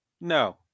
No